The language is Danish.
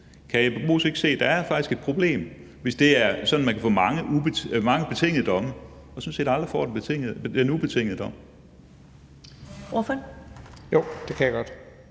Kan hr. Jeppe Bruus ikke se, at der faktisk er et problem, hvis det er sådan, at man kan få mange betingede domme, men sådan set aldrig får den ubetingede dom?